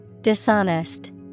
Dishonest